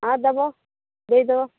ହଁ ଦେବ ଦେଇ ଦେବ